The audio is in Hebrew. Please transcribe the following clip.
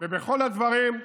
ובכל הדברים,